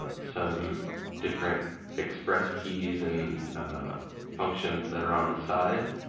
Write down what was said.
some different express keys and functions that are on the side.